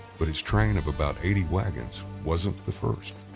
but his train of about eighty wagons wasn't the first.